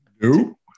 No